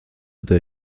der